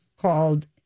called